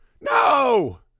No